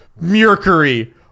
mercury